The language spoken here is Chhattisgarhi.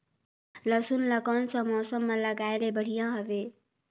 लसुन ला कोन सा मौसम मां लगाय ले बढ़िया हवे?